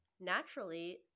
naturally